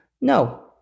No